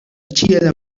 ĉiela